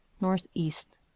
northeast